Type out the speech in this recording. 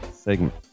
segment